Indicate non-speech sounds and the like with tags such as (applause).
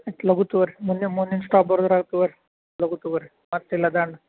(unintelligible) ಲಗು ತಗೋರಿ ಮುಂದೆ ಮುಂದಿನ ಸ್ಟಾಪ್ ಬರುದ್ರಾಗ ತಗೋರಿ ಲಗು ತಗೋರಿ ಮತ್ತು ಇಲ್ಲ ದನ್